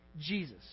Jesus